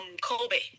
Kobe